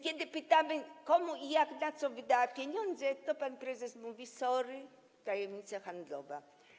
Kiedy pytamy, komu i jak, na co wydała pieniądze, to pan prezes mówi: sorry, tajemnica handlowa.